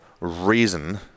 reason